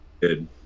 good